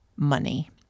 money